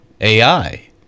AI